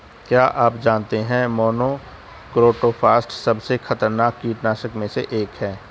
क्या आप जानते है मोनोक्रोटोफॉस सबसे खतरनाक कीटनाशक में से एक है?